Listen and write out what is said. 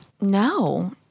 No